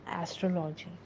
astrology